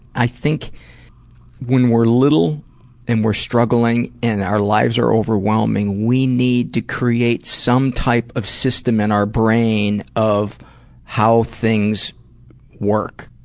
i think when we're little and we're struggling and our lives are overwhelming, we need to create some type of system in our brain of how things work.